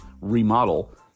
remodel